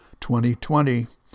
2020